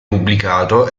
pubblicato